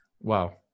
Wow